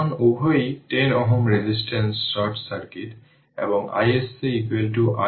এখন energy absorbed resistor এ energy যদিও যে কোন সময় t W R t 0 শুধুমাত্র 0 থেকে t p dt ইন্টিগ্রেট করুন